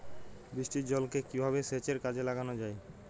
বৃষ্টির জলকে কিভাবে সেচের কাজে লাগানো য়ায়?